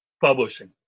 publishing